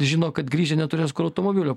žino kad grįžę neturės kur automobilio